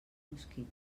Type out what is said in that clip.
mosquit